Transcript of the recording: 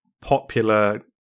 popular